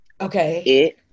Okay